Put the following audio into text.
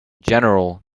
general